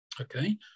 okay